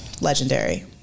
Legendary